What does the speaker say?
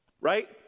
Right